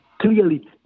clearly